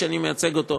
שאני מייצג אותו,